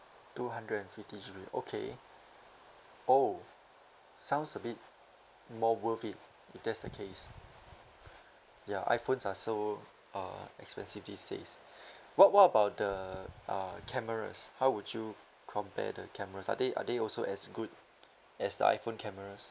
two hundred and fifty G_B okay oh sounds a bit more worth it if that's the case ya iphones are so uh expensive these days what what about the uh cameras how would you compare the cameras are they are they also as good as the iphone cameras